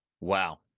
Wow